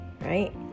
Right